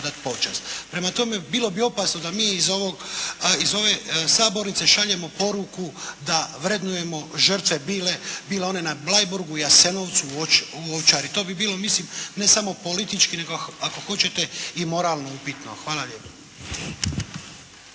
odati počast. Prema tome bilo bi opasno da mi iz ovog, iz ove sabornice šaljemo poruku da vrednujemo žrtve bile one na Bleiburgu, Jasenovcu, u Ovčari. To bi bilo mislim ne samo politički nego ako hoćete i moralno upitno. Hvala lijepo.